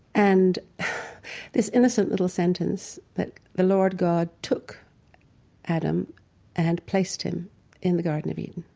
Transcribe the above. and this innocent little sentence that the lord god took adam and placed him in the garden of eden,